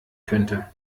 könnte